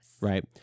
Right